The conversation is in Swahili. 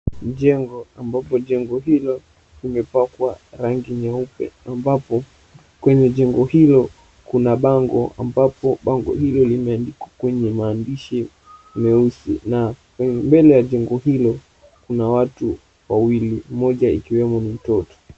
Jengo, ambapo jengo hilo limepakwa rangi nyeupe, ambapo kwenye jengo hilo kuna bango, ambapo bango hilo limeandikwa kwa maandishi meusi, na mbele ya jengo hilo kuna watu wawili, mmoja akiwa ni mtoto